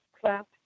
clap